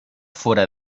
fuera